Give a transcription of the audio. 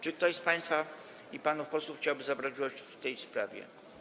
Czy ktoś z pań i panów posłów chciałby zabrać głos w tej sprawie?